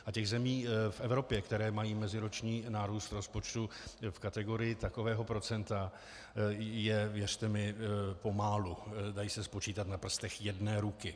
A těch zemí v Evropě, které mají meziroční nárůst rozpočtu v kategorii takového procenta, je, věřte mi, pomálu, dají se spočítat na prstech jedné ruky.